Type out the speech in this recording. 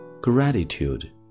Gratitude